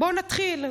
בואו נתחיל,